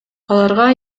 аларга